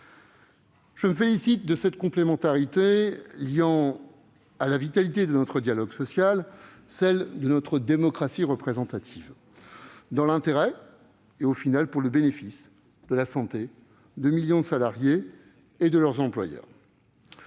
Je me félicite de cette complémentarité liant à la vitalité de notre dialogue social celle de notre démocratie représentative, dans l'intérêt et pour le bénéfice de la santé de millions de salariés et de leurs employeurs.